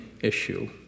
issue